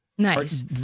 Nice